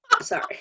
Sorry